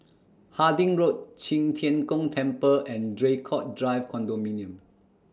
Harding Road Qi Tian Gong Temple and Draycott Drive Condominium